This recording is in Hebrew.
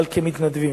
אבל כמתנדבים.